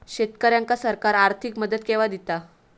शेतकऱ्यांका सरकार आर्थिक मदत केवा दिता?